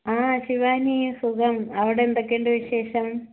ആ ശിവാനി സുഖം അവിടെ എന്തൊക്കെയുണ്ട് വിശേഷം